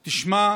תשמע,